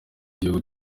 igihugu